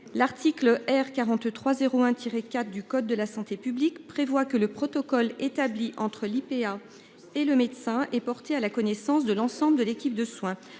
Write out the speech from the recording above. L'article R 43 01 tiré quatre du code de la santé publique prévoit que le protocole établi entre l'IPA. Et le médecin est porté à la connaissance de l'ensemble de l'équipe de soins.